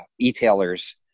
retailers